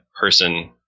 person